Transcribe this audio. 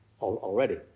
already